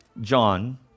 John